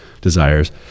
desires